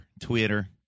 Twitter